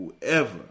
whoever